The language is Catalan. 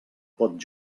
pot